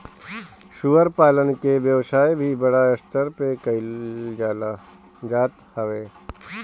सूअर पालन के व्यवसाय भी बड़ स्तर पे कईल जात हवे